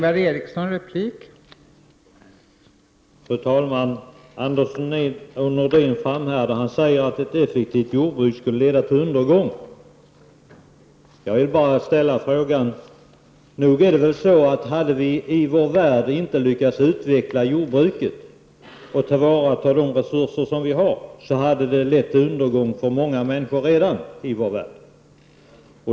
Fru talman! Anders Nordin framhärdar. Han säger att ett effektivt jordbruk skulle leda till undergång. Jag vill då bara ställa frågan: Nog är det väl så att om vi inte lyckats utveckla jordbruket och ta vara på de resurser som finns, så hade det redan lett till undergång för många människor i vår värld?